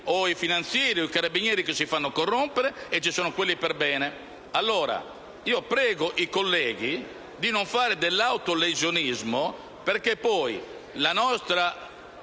i finanzieri o i carabinieri che si fanno corrompere e ci sono quelli perbene. Prego, allora, i colleghi di non fare dell'autolesionismo, perché paragonarci